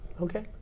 okay